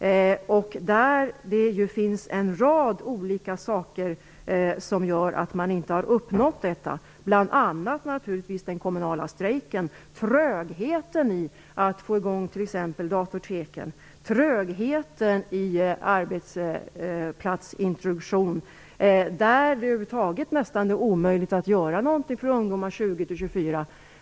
Det finns ju en rad olika anledningar till att man inte har uppnått detta, bl.a. den kommunala strejken, trögheten i att få i gång t.ex. datorteken, och trögheten i arbetsplatsintroduktion, där det är nästan omöjligt att göra något för ungdomar i åldern 20-24 år.